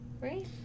Right